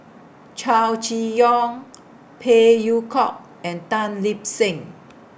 Chow Chee Yong Phey Yew Kok and Tan Lip Seng